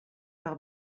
par